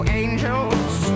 angels